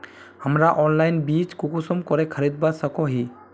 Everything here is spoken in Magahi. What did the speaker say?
हमरा ऑनलाइन बीज कुंसम करे खरीदवा सको ही?